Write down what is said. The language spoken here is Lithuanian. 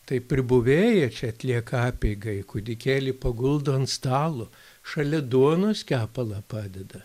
tai pribuvėja čia atlieka apeigą ji kūdikėlį paguldo ant stalo šalia duonos kepalą padeda